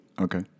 okay